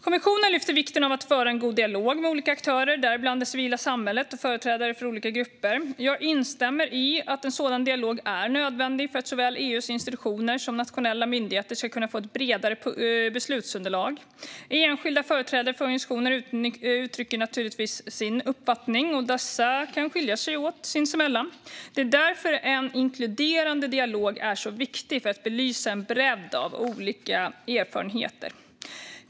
Kommissionen lyfter fram vikten av att föra en god dialog med olika aktörer, däribland det civila samhället och företrädare för olika grupper. Jag instämmer i att en sådan dialog är nödvändig för att såväl EU:s institutioner som nationella myndigheter ska kunna få ett bredare beslutsunderlag. Enskilda företrädare för organisationer uttrycker naturligtvis sina uppfattningar, och dessa kan skilja sig åt sinsemellan. Det är därför som en inkluderande dialog är så viktig för att belysa en bredd av olika erfarenheter.